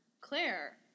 Claire